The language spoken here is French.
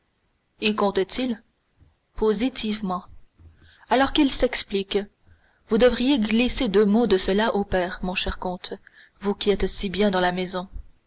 y comptent ils positivement alors qu'ils s'expliquent vous devriez glisser deux mots de cela au père mon cher comte vous qui êtes si bien dans la maison